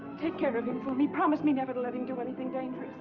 take care of him for me! promise me never to let him do anything dangerous.